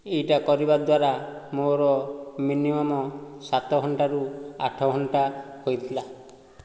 ଏହିଟା କରିବା ଦ୍ୱାରା ମୋର ମିନିମମ୍ ସାତ ଘଣ୍ଟାରୁ ଆଠ ଘଣ୍ଟା ହୋଇଥିଲା